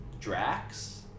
Drax